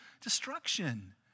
destruction